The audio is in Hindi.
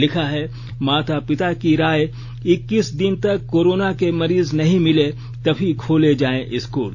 लिखा है माता पिता की राय इक्कीस दिन तक कोरोना के मरीज नहीं मिले तभी खोले जाए स्कूल